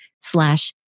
slash